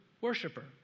worshiper